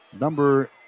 number